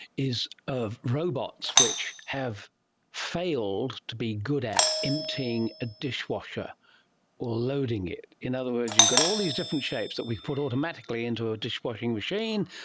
is of robots which have failed to be good at emptying a dishwasher or loading it. in other words, you've got all these different shapes that we could put automatically into a dishwashing machine,